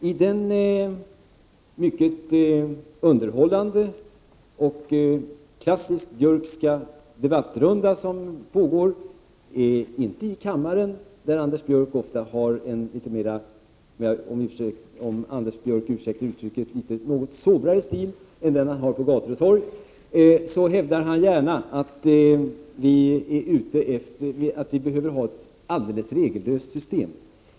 I den mycket underhållande och klassiskt björckska debattrunda som pågår — inte här i kammaren, där Anders Björck ofta har, om han tillåter uttrycket, en något sobrare stil än vad han har på gator och torg — hävdar han gärna att vi skall ha ett helt regellöst system.